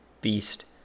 beast